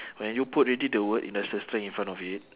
when you put already the word industrial strength in front of it